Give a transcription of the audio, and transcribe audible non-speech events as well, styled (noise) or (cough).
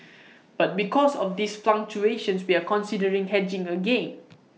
(noise) but because of these fluctuations we are considering hedging again